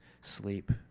sleep